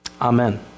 Amen